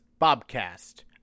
Bobcast